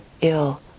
ill